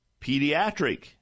pediatric